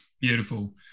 Beautiful